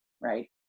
right